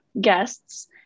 guests